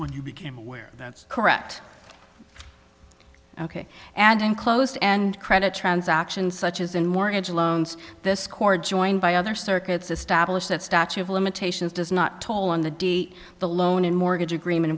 when you became aware that's correct ok and closed and credit transactions such as in mortgage loans this quarter joined by other circuits established that statue of limitations does not toll on the d the loan in mortgage agreement